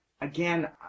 again